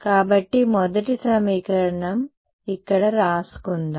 కాబట్టి మొదటి సమీకరణం కాబట్టి ఇక్కడ వ్రాసుకుందాం